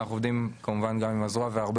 ואנחנו עובדים כמובן גם עם הזרוע והרבה